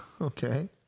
Okay